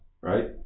Right